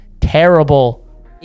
terrible